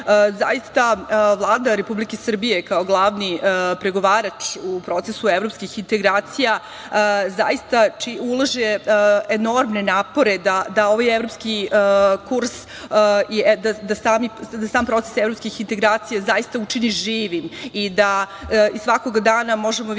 Vlada Republike Srbije kao glavni pregovarač u procesu evropskih integracija zaista ulaže enormne napore da ovaj evropski kurs, da sam proces evropskih integracija zaista učini živim i da svakoga dana možemo videti